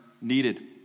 needed